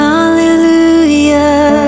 Hallelujah